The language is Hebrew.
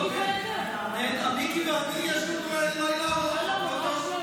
למיקי ולי יש לילה ארוך.